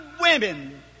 women